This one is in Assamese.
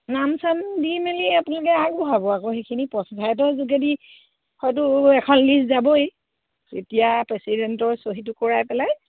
নাম চাম দি মেলি আপোনালোকে আগবঢ়াব আকৌ সেইখিনি পঞ্চায়তৰ যোগেদি হয়তো এখন লিষ্ট যাবই তেতিয়া প্ৰেচিডেণ্টৰ চহীটো কৰাই পেলাই